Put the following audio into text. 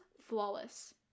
flawless